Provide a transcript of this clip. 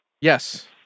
Yes